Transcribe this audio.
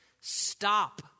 stop